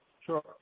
Sure